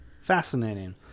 Fascinating